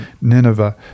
Nineveh